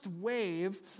wave